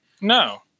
No